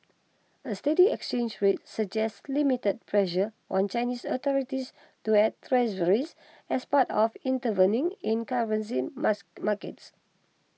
a steady exchange rate suggests limited pressure on Chinese authorities to add treasuries as part of intervening in currency mass markets